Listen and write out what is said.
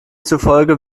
zufolge